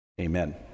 amen